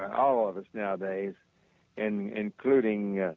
all of us now-a-days and including